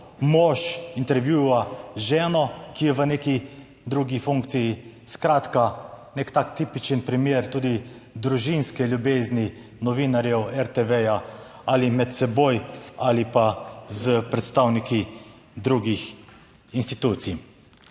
mož intervjuja ženo, ki je v neki drugi funkciji, skratka nek tak tipičen primer tudi družinske ljubezni novinarjev RTV ali med seboj ali pa s predstavniki drugih institucij.